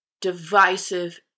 divisive